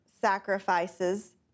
sacrifices